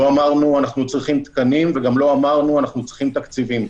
לא אמרנו אנחנו צריכים תקנים וגם לא אמרנו אנחנו צריכים תקציבים.